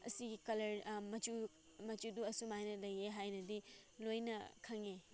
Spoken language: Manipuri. ꯑꯁꯤꯒꯤ ꯀꯂꯔ ꯃꯆꯨ ꯃꯆꯨꯗꯨ ꯑꯁꯨꯃꯥꯏꯅ ꯂꯩꯌꯦ ꯍꯥꯏꯅꯗꯤ ꯂꯣꯏꯅ ꯈꯪꯉꯦ